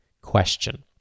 question